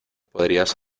podrías